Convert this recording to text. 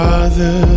Father